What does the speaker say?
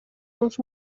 uns